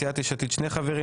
סיעת יש עתיד שני חברים,